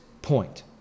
Point